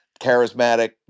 charismatic